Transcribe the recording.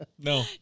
No